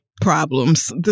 problems